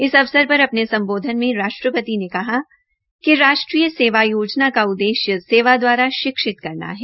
इस अवसर पर अपने सम्बोधन में राष्टप्रति ने कहा कि राष्ट्रीय सेवा योजना का उद्देश्य सेवा दवारा शिक्षित करना है